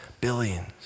billions